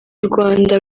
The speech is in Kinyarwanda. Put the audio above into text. rwanda